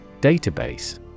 Database